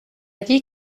dit